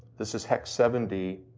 this is hex seven d.